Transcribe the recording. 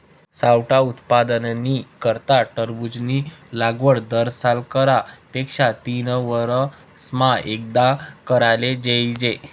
सावठा उत्पादननी करता टरबूजनी लागवड दरसाल करा पेक्षा तीनवरीसमा एकदाव कराले जोइजे